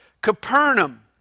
Capernaum